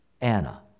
Anna